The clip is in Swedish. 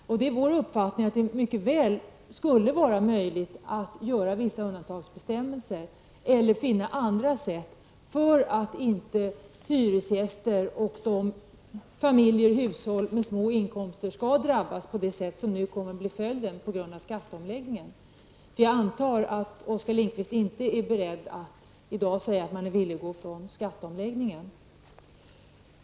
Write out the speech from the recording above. Herr talman! Till Oskar Lindkvist vill jag säga följande vad gäller talet om att möjligheterna att undanta fjärrvärmen från momsbeskattning och att göra andra undantag enligt skulle vara obefintliga, därför att kostnaderna skulle bli så höga för staten. Men i och med att beslut fattas om räntelånesystemet kommer det ju att finnas ett finansiellt utrymme fr.o.m. 1992. Det är vår uppfattning att det mycket väl skulle vara möjligt att ha vissa undantagsbestämmelser, t.ex. för att inte hyresgäster, familjer och hushåll, som har små inkomster skall drabbas på det sätt som nu kommer att ske till följd av skatteomläggningen. Jag antar att Oskar Lindkvist i dag inte är beredd att säga att man nu är villig att frångå skatteomläggningen.